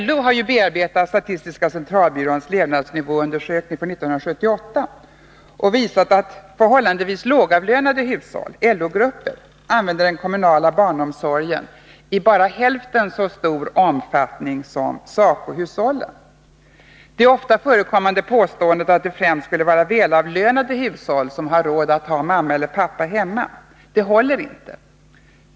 LO:s bearbetning av statistiska centralbyråns levnadsnivåundersökning från 1978 visar att förhållandevis lågavlönade hushåll — LO-grupper — använder den kommunala barnomsorgen i bara hälften så stor omfattning som SACO-hushållen. Det ofta förekommande påståendet att det främst skulle vara välavlönade hushåll som har råd att ha mamma eller pappa hemma håller inte.